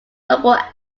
double